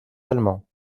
allemands